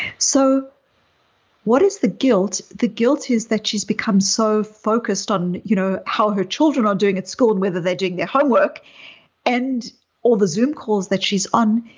so what is the guilt? the guilt is that she's become so focused on you know how her children are doing at school and whether they're doing their homework and all the zoom calls that she's on,